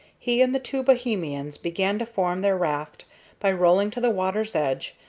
he and the two bohemians began to form their raft by rolling to the water's edge,